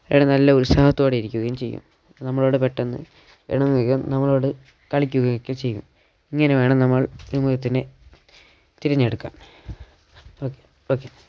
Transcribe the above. ഇവിടെ നല്ല ഉത്സാഹത്തോടെ ഇരിക്കുകയും ചെയ്യും നമ്മളോട് പെട്ടെന്ന് ഇണങ്ങുകയും നമ്മളോട് കളിക്കുകയുമൊക്കെ ചെയ്യും ഇങ്ങനെ വേണം നമ്മൾ മൃഗത്തിനെ തിരിഞ്ഞെടുക്കാൻ ഓക്കെ ഓക്കെ